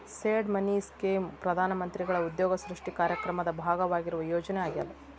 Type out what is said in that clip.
seed money scheme ಪ್ರಧಾನ ಮಂತ್ರಿಗಳ ಉದ್ಯೋಗ ಸೃಷ್ಟಿ ಕಾರ್ಯಕ್ರಮದ ಭಾಗವಾಗಿರುವ ಯೋಜನೆ ಆಗ್ಯಾದ